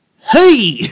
Hey